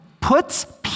puts